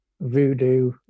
voodoo